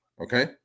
Okay